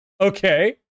Okay